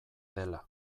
dela